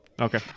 Okay